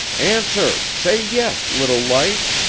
answer, say yes, little light.